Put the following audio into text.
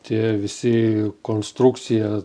tie visi konstrukcija